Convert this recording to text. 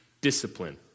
discipline